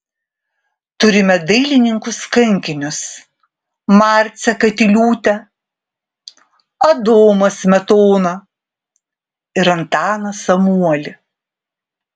turime dailininkus kankinius marcę katiliūtę adomą smetoną ir antaną samuolį